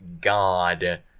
God